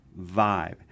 vibe